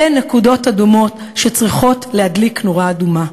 אלה נקודות אדומות שצריכות להדליק נורה אדומה.